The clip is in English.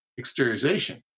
exteriorization